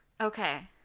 okay